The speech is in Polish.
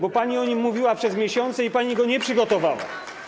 Bo pani o nim mówiła przez miesiące, ale pani go nie przygotowała.